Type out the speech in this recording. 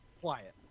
Quiet